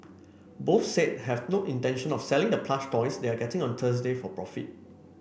both said have no intention of selling the plush toys they are getting on Thursday for profit